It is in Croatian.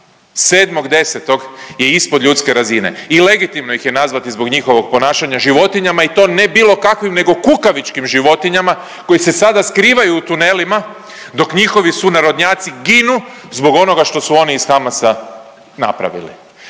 7.10. je ispod ljudske razine i legitimno ih je nazvati zbog njihovog ponašanja životinjama i to ne bilo kakvim nego kukavičkim životinjama koji se sada skrivaju u tunelima dok njihovi sunarodnjaci ginu zbog onoga što su oni iz Hamasa napravili.